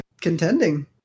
contending